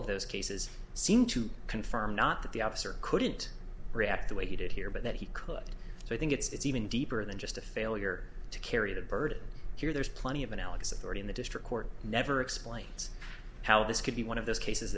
of those cases seem to confirm not that the officer couldn't react the way he did here but that he could so i think it's even deeper than just a failure to carry the burden here there's plenty of analysis already in the district court never explains how this could be one of those cases